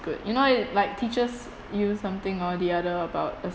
good you know it like teaches you something or the other about